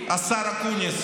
הכבוד.